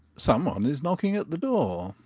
some one is knocking at the door.